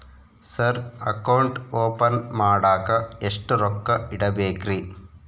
Sir account open ಮಾಡಾಕ ಎಷ್ಟು ರೊಕ್ಕ ಇಡಬೇಕ್ರಿ?